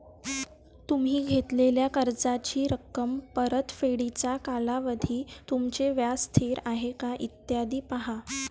तुम्ही घेतलेल्या कर्जाची रक्कम, परतफेडीचा कालावधी, तुमचे व्याज स्थिर आहे का, इत्यादी पहा